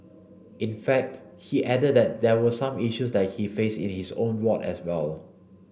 in fact he added that there were some issues that he faced in his own ward as well